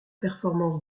performance